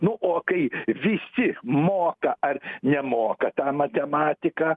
nu o kai visi moka ar nemoka tą matematiką